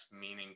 meaning